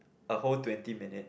a whole twenty minutes